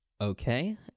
Okay